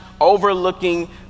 overlooking